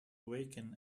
awaken